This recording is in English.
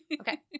Okay